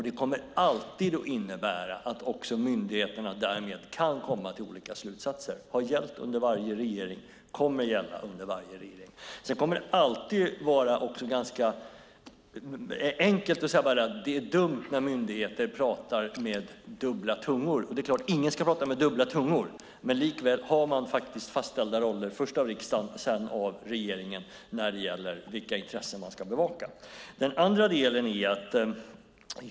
Det kommer alltid att innebära att myndigheterna därmed kan komma till olika slutsatser. Det har gällt under varje regeringen och kommer att gälla under varje regeringen. Det är enkelt att säga att det är dumt när myndigheter pratar med dubbla tungor. Ingen ska prata med dubbla tungor, men rollerna är faktiskt fastställda först av riksdagen och sedan av regeringen när det gäller vilka intressen man ska bevaka.